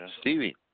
Stevie